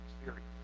experience